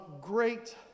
great